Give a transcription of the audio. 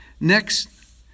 Next